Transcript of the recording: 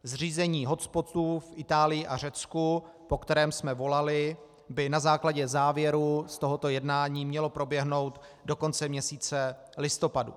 Zřízení hotspotů v Itálii a Řecku, po kterém jsme volali, by na základě závěrů z tohoto jednání mělo proběhnout do konce měsíce listopadu.